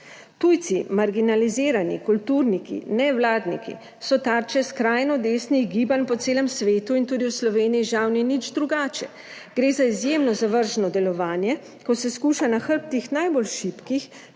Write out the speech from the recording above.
Tujci, marginalizirani kulturniki, nevladniki so tarče skrajno desnih gibanj po celem svetu in tudi v Sloveniji, žal, ni nič drugače, gre za izjemno zavržno delovanje, ko se skuša na hrbtih najbolj šibkih